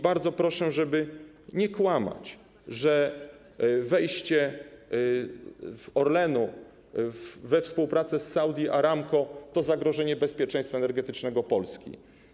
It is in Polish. Bardzo proszę, żeby nie kłamać, że wejście Orlenu we współpracę z Saudi Aramco to zagrożenie bezpieczeństwa energetycznego Polski.